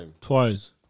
Twice